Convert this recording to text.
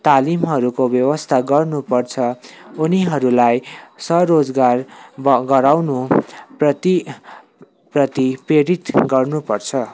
तालिमहरूको व्यवस्था गर्नु पर्छ उनीहरूलाई स्वरोजगार वा गराउनु प्रति प्रति प्रेरित गर्नु पर्छ